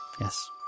Yes